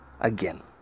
again